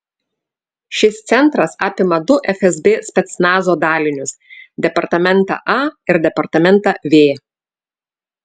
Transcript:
šis centras apima du fsb specnazo dalinius departamentą a ir departamentą v